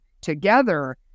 together